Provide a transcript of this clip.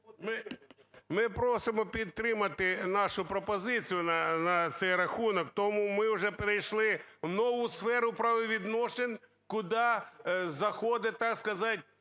Ми просимо підтримати нашу пропозицію на цей рахунок, тому ми вже перейшли в нову сферу правовідносин, куди заходить цей